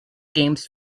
games